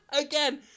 Again